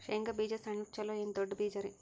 ಶೇಂಗಾ ಬೀಜ ಸಣ್ಣದು ಚಲೋ ಏನ್ ದೊಡ್ಡ ಬೀಜರಿ?